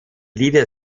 lieder